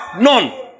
None